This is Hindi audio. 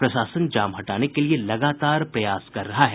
प्रशासन जाम हटाने के लिए लगातार प्रयास कर रहा है